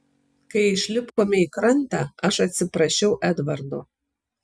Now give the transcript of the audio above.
kai išlipome į krantą aš atsiprašiau edvardo